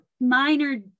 minor